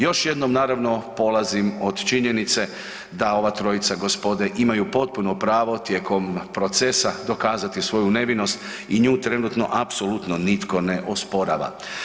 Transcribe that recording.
Još jednom naravno polazim od činjenice da ova trojica gospode imaju potpuno pravo tijekom procesa dokazati svoju nevinost i nju trenutno apsolutno nitko ne osporava.